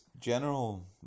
general